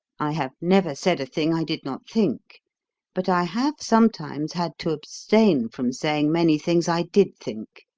i have never said a thing i did not think but i have sometimes had to abstain from saying many things i did think.